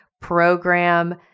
program